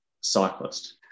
cyclist